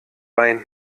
rein